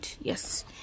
yes